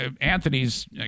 Anthony's